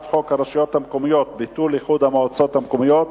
הרשויות המקומיות (ביטול איחוד המועצות המקומיות